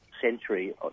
century